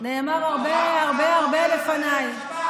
נאמר הרבה הרבה הרבה לפניי,